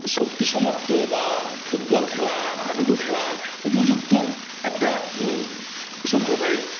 শক্তি সমর্থ বা ফুটবল খেলা হাডুডু খেলার উপযুক্ত একটা সম্প্রদায়ের